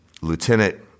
Lieutenant